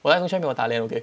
我在中学没有打 LAN okay